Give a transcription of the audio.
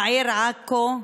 העיר עכו.